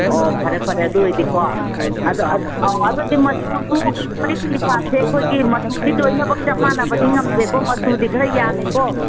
ꯑꯣ ꯐꯔꯦ ꯐꯔꯦ ꯑꯗꯨ ꯑꯣꯏꯗꯤꯀꯣ ꯑꯧ ꯑꯗꯨꯗꯤ ꯃꯆꯨꯁꯨ ꯐꯨꯔꯤꯠ ꯇꯤ ꯁꯥꯔꯠꯁꯦ ꯑꯩꯈꯣꯏꯒꯤ ꯃꯆꯨꯗꯤ ꯂꯣꯏꯅꯃꯛ ꯆꯞ ꯃꯥꯟꯅꯕꯗꯤ ꯉꯝꯗ꯭ꯔꯦꯀꯣ ꯃꯆꯨꯗꯤ ꯈꯔ ꯌꯥꯜꯂꯦꯀꯣ